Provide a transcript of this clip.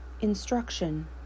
Instruction